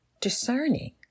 discerning